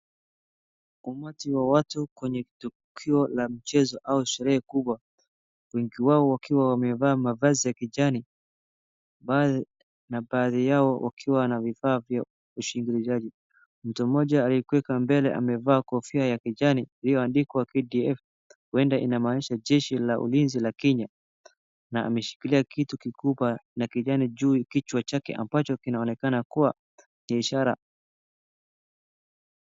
Umati wa watu kwenye tukio la mchezo au sherehe kubwa. Wengi wao wakiwa wamevaa mavazi ya kijani, na baadhi yao wakiwa na vifaa vya ushangiliaji. Mtu mmoja aliyekuweka mbele amevaa kofia ya kijani iliyoandikwa KDF , huenda inamaanisha jeshi la ulinzi la Kenya. Na ameshikilia kitu kikubwa na kijani juu ya kichwa chake ambacho kinaonekana kuwa ni ishara.